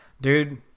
Dude